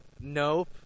Nope